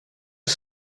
een